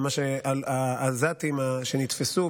העזתים שנתפסו.